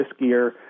riskier